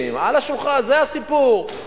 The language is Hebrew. חבר הכנסת